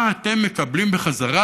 מה אתם מקבלים בחזרה,